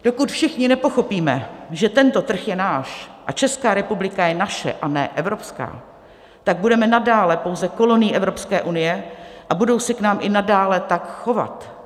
Dokud všichni nepochopíme, že tento trh je náš a Česká republika je naše, a ne evropská, tak budeme nadále pouze kolonií Evropské unie a budou se k nám nadále i tak chovat.